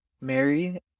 Mary